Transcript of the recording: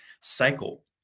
cycle